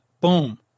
boom